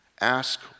ask